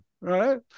right